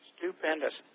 Stupendous